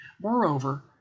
Moreover